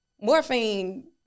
morphine